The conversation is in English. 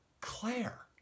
Claire